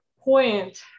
point